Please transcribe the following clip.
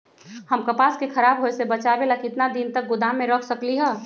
हम कपास के खराब होए से बचाबे ला कितना दिन तक गोदाम में रख सकली ह?